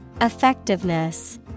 Effectiveness